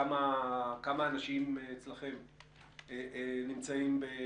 כמה אנשים אצלכם נמצאים?